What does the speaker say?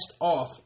off